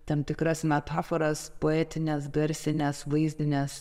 tam tikras metaforas poetines garsines vaizdines